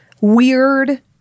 weird